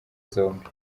zombi